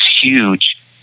huge